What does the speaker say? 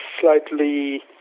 slightly